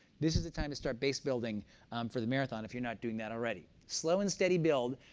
this is the time to start base building for the marathon if you're not doing that already. slow and steady build,